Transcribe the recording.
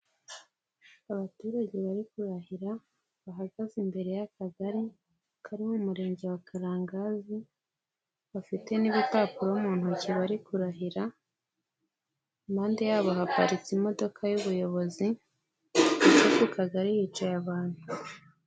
Abaturage bari kurahira, bahagaze imbere y'Akagari kari mu Murenge wa Karangazi, bafite n'ibipapuro mu ntoki bari kurahira, impande yabo bahagaritse imodoka y'ubuyobozi, hephfo ku Kagari hicaye abantu.